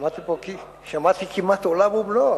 שמעתי כמעט עולם ומלואו,